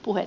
puhe